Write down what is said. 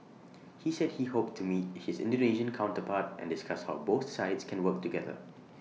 he said he hoped to meet his Indonesian counterpart and discuss how both sides can work together